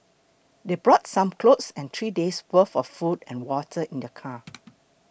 they brought some clothes and three days' worth of food and water in their car